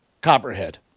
copperhead